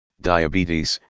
diabetes